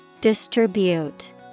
Distribute